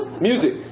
Music